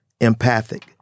empathic